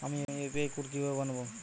আমি UPI code কিভাবে বানাব?